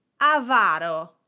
avaro